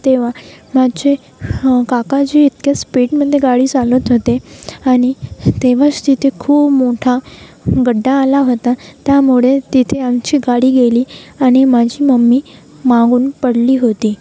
तेव्हा माझे काकाजी इतक्या स्पीडमध्ये गाडी चालवत होते आणि तेव्हाच तिथे खूप मोठा खड्डा आला होता त्यामुळे तिथे आमची गाडी गेली आणि माझी मम्मी मागून पडली होती